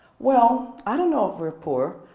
well, i don't know if we're poor.